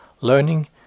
Learning